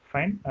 Fine